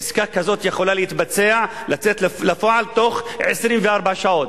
עסקה כזאת יכולה לצאת לפועל תוך 24 שעות.